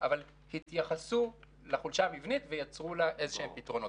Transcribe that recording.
אבל התייחסו לחולשה המבנית ויצרו לה איזה פתרונות.